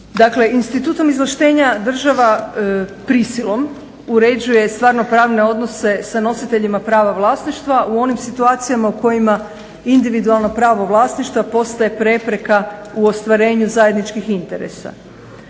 institutom izvlaštenja država prisilom uređuje stvarno-pravne odnose sa nositeljima prava vlasništva u onim situacijama u kojima individualno pravo vlasništva postaje prepreka u ostvarenju zajedničkih interesa.